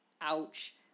Ouch